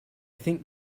think